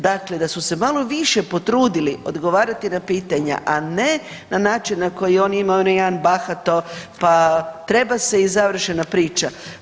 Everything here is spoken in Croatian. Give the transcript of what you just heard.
Dakle da su se malo više potrudili odgovarati na pitanja, a ne na način na koji on ima onaj jedan bahato pa, treba se i završena priča.